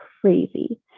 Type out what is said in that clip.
crazy